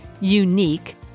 unique